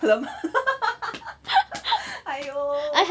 hello um !aiyo!